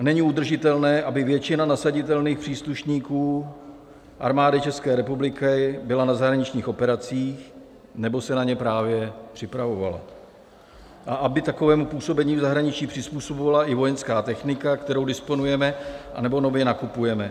Není udržitelné, aby většina nasaditelných příslušníků Armády České republiky byla na zahraničních operacích nebo se na ně právě připravovala a aby se takovému působení v zahraničí přizpůsobovala i vojenská technika, kterou disponujeme nebo nově nakupujeme.